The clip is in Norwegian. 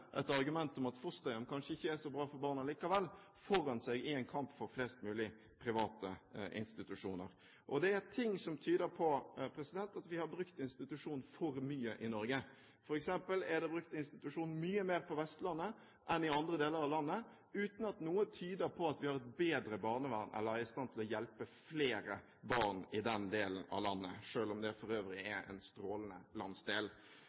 et argument om at fosterhjem kanskje ikke er så bra for barna likevel, foran seg i en kamp for flest mulig private institusjoner. Det er ting som tyder på at vi har brukt institusjoner for mye i Norge. For eksempel er det brukt institusjoner mye mer på Vestlandet enn i andre deler av landet, uten at noe tyder på at vi har et bedre barnevern eller er i stand til å hjelpe flere barn i den delen av landet – selv om det for øvrig er en strålende landsdel.